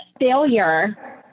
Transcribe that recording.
failure